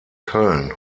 köln